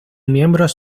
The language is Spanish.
miembros